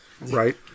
right